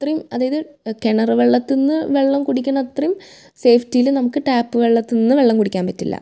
അത്രേം അതയത് കിണർ വെള്ളത്തിന്ന് വെള്ളം കുടിക്കണ അത്രേം സേഫ്റ്റീൽ നമുക്ക് ടാപ്പ് വെള്ളത്തിന്ന് വെള്ളം കുടിക്കാൻ പറ്റില്ല